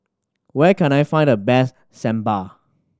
where can I find the best Sambar